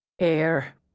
Air